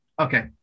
Okay